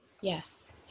Yes